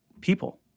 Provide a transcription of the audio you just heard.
people